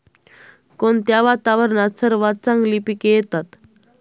कोणत्या वातावरणात सर्वात चांगली पिके येतात?